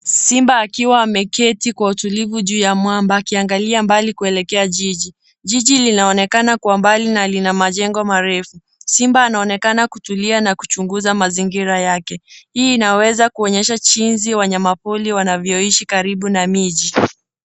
Simba akiwa ameketi kwa utulivu juu ya mwamba akiangalia mbali kuelekea jiji. Jiji linaonekana kwa mbali na lina majengo marefu. Simba anaonekana kutulia na kuchunguza mazingira yake. Hii inaweza kuonyesha jinsi wanyama pori wanavyoishi karibu na miji.